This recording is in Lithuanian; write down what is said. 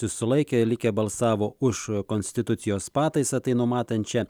susilaikė likę balsavo už konstitucijos pataisą tai numatančią